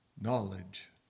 Knowledge